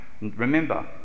remember